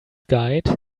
guide